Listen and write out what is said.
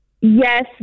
Yes